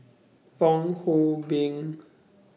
Fong Hoe Beng